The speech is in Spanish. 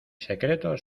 secretos